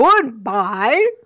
Goodbye